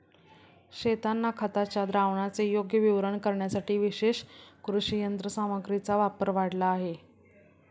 शेतांना खताच्या द्रावणाचे योग्य वितरण करण्यासाठी विशेष कृषी यंत्रसामग्रीचा वापर वाढला आहे